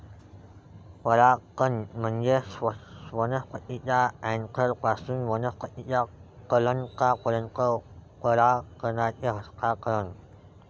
परागकण म्हणजे वनस्पतीच्या अँथरपासून वनस्पतीच्या कलंकापर्यंत परागकणांचे हस्तांतरण